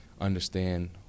understand